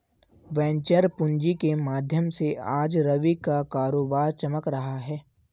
venture पूँजी के माध्यम से आज रवि का कारोबार चमक रहा है